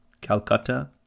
Calcutta